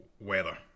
weather